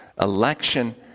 Election